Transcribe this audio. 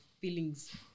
feelings